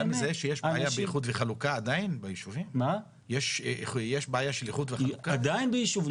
--- יש עדיין בעיה של איחוד וחלוקה בישובים?